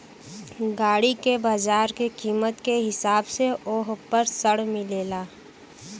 गाड़ी के बाजार के कीमत के हिसाब से वोह पर ऋण मिलेला